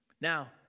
Now